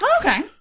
Okay